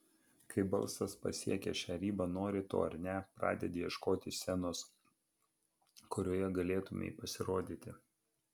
kai balsas pasiekia šią ribą nori to ar ne pradedi ieškoti scenos kurioje galėtumei pasirodyti